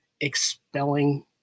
expelling